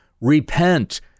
repent